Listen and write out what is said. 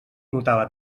notava